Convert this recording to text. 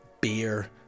beer